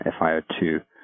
FiO2